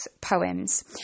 poems